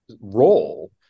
role